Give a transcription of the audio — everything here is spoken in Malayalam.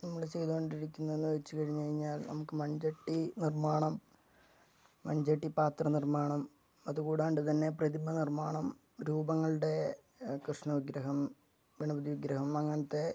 നമ്മള് ചെയ്ത് കൊണ്ടിരിക്കുന്നത് വെച്ച് കഴിഞ്ഞ് കഴിഞ്ഞാൽ നമുക്ക് മൺചട്ടി നിർമ്മാണം മൺചട്ടി പാത്ര നിർമ്മാണം അതുകൂടാണ്ട് തന്നെ പ്രതിമ നിർമ്മാണം രൂപങ്ങളുടെ കൃഷ്ണ വിഗ്രഹം ഗണപതി വിഗ്രഹം അങ്ങനത്തെ